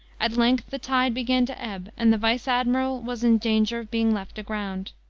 at length the tide began to ebb, and the vice-admiral was in danger of being left aground.